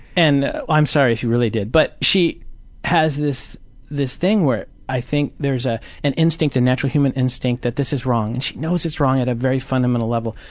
and i'm sorry if you really did. but she has this this thing where i think there's ah an instinct, a natural human instinct, that this is wrong. and she knows it's wrong at a very fundamental level,